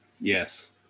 yes